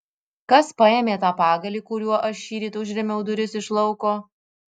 kas paėmė tą pagalį kuriuo aš šįryt užrėmiau duris iš lauko